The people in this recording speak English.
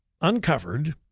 uncovered